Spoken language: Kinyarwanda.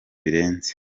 birenze